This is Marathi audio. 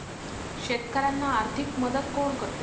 शेतकऱ्यांना आर्थिक मदत कोण करते?